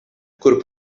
kurp